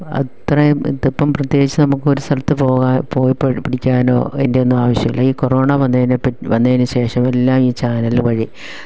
അത്രയും ഇതിപ്പം പ്രത്യേകിച്ച് നമുക്കൊര് സ്ഥലത്ത് പോകാൻ പോയി പഠിക്കാനോ അതിൻ്റെ ഒന്നും ആവശ്യം ഇല്ല ഈ കൊറോണ വന്നതിനൊക്കെ വന്നതിന് ശേഷം എല്ലാം ഈ ചാനൽ വഴി